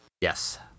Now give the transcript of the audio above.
Yes